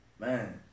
man